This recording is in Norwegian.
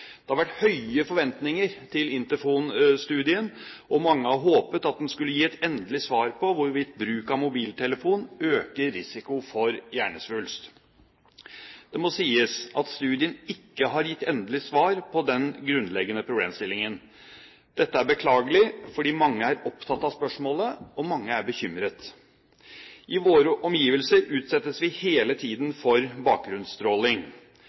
Det har vært høye forventninger til Interphone-studien, og mange hadde håpet at den skulle gi et endelig svar på hvorvidt bruk av mobiltelefon øker risikoen for hjernesvulst. Det må sies at studien ikke har gitt endelig svar på den grunnleggende problemstillingen. Dette er beklagelig, for mange er opptatt av spørsmålet, og mange er bekymret. I våre omgivelser utsettes vi hele tiden for bakgrunnsstråling.